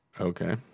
Okay